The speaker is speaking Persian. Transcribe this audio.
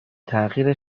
تغییر